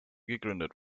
gegründet